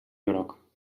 groc